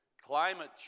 Climate